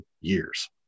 years